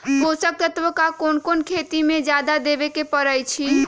पोषक तत्व क कौन कौन खेती म जादा देवे क परईछी?